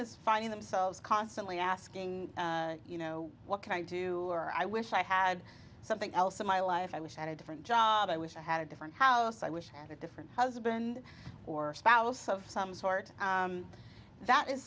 is finding themselves constantly asking you know what can i do or i wish i had something else in my life i wish i had a different job i wish i had a different house i wish i had a different husband or spouse of some sort that is